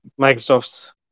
Microsoft's